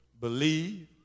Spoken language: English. believe